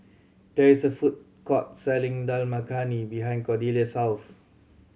there is a food court selling Dal Makhani behind Cordelia's house